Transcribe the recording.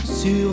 Sur